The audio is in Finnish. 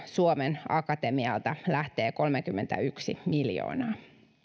suomen akatemialta lähtee kolmekymmentäyksi miljoonaa